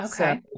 Okay